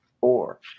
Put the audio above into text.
Four